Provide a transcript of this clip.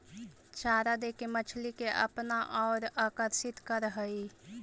चारा देके मछली के अपना औउर आकर्षित करऽ हई